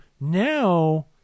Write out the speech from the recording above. now